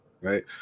Right